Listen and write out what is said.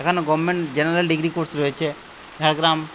এখানে government general degree course রয়েছে ঝাড়গ্রাম